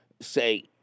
say